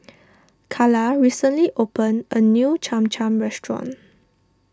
Calla recently opened a new Cham Cham restaurant